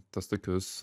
tuos tokius